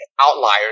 outliers